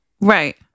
Right